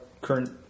current